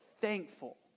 thankful